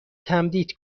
تمدید